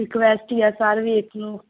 request ਹੀ ਆ sir ਵੀ